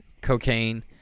cocaine